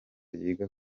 yiga